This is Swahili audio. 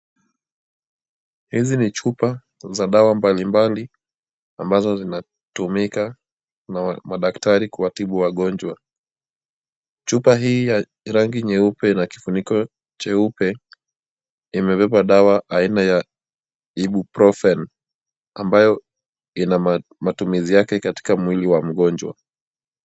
Hizi ni chupa za dawa mbalimbali ambazo zinatumika na madaktari kuwatibu wagonjwa. Chupa hii yenye rangi nyeupe na kifuniko cheupe, imebeba dawa ya Ibuprofen ambayo ina matumizi yake katika mwili wa mgonjwa.